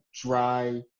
dry